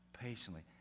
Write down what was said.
patiently